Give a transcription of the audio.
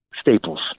Staples